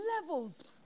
levels